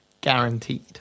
guaranteed